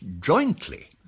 jointly